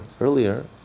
earlier